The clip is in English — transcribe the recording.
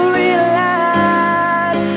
realize